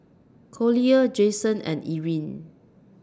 Collier Jayson and Erin